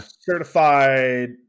Certified